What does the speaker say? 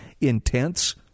intense